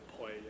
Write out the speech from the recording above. play